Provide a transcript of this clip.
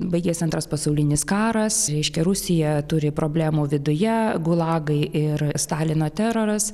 baigėsi antras pasaulinis karas reiškia rusija turi problemų viduje gulagai ir stalino teroras